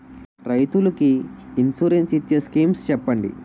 రైతులు కి ఇన్సురెన్స్ ఇచ్చే స్కీమ్స్ చెప్పండి?